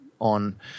on